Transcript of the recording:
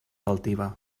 altiva